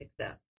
success